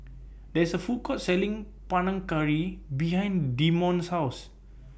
There IS A Food Court Selling Panang Curry behind Demonte's House